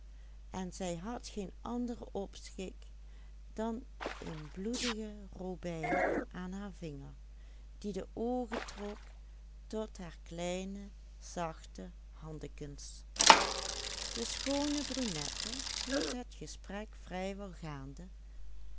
aan haar vinger die de oogen trok tot haar kleine zachte handekens de schoone brunette hield het gesprek vrij wel gaande